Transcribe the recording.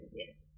yes